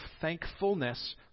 thankfulness